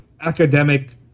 academic